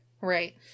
Right